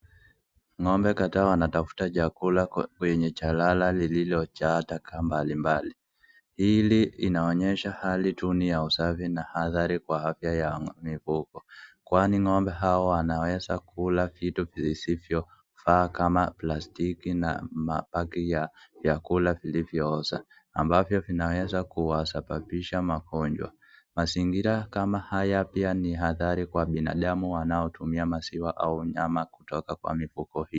Ngombe kadhaa wanatafuta chakula kwenye chalala lilojaa taka mbalimbali. Hili inaonyesha hali tuni ya usafi na hadhari kwa afya ya mifugo kwani ng'ombe hao wanaweza kula vitu visivyofaa kama plastiki na mapaki ya vyakula vilivyooza ambavyo vinaweza kuwasababisha magonjwa. Mazingira kama haya pia ni hatari kwa binadamu wanaotumia maziwa au nyama kutoka kwa mifuko hii.